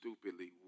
stupidly